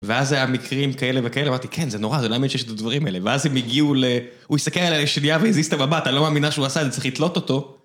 ואז היה מקרים כאלה וכאלה, אמרתי, כן, זה נורא, זה לא אמין שיש את הדברים האלה. ואז הם הגיעו ל... הוא הסתכל עליה לשנייה והזיז את המבט, אני לא מאמינה שהוא עשה את זה, צריך לתלות אותו.